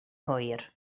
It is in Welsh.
hwyr